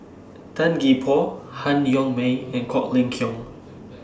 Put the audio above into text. Tan Gee Paw Han Yong May and Quek Ling Kiong